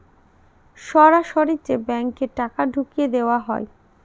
সরাসরি যে ব্যাঙ্কে টাকা ঢুকিয়ে দেওয়া হয়